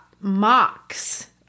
mocks